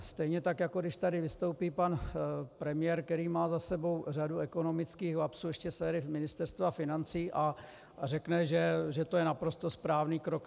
Stejně tak jako když tady vystoupí pan premiér, který má za sebou řadu ekonomických lapsů ještě z éry Ministerstva financí, a řekne, že to je naprosto správný krok.